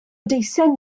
deisen